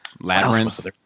Labyrinth